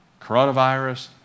Coronavirus